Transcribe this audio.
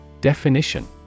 Definition